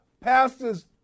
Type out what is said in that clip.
pastors